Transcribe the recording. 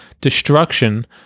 destruction